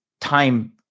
time